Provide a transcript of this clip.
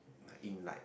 in like